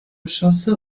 geschosse